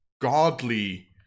godly